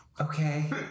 Okay